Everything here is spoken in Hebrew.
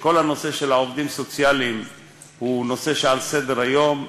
שכל הנושא של העובדים הסוציאליים הוא נושא שעל סדר-היום,